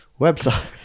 website